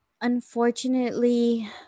unfortunately